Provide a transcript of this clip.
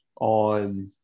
on